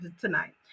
tonight